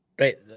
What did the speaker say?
Right